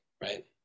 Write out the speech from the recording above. right